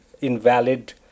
invalid